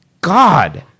God